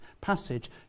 passage